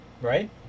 Right